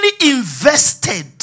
invested